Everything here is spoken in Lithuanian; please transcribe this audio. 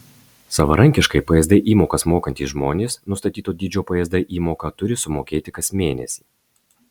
savarankiškai psd įmokas mokantys žmonės nustatyto dydžio psd įmoką turi sumokėti kas mėnesį